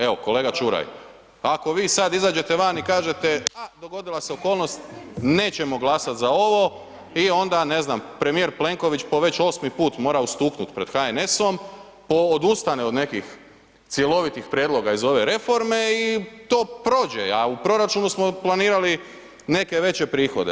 Evo kolega Čuraj, ako vi sada izađete van i kažete ha dogodila se okolnost nećemo glasati za ovo i onda ne znam, premijer Plenković po već osmi put mora istaknuti pred HNS-om, odustane od nekih cjelovitih prijedloga iz ove reforme i to prođe, a u proračunu smo planirali neke veće prihode.